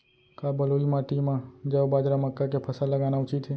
का बलुई माटी म जौ, बाजरा, मक्का के फसल लगाना उचित हे?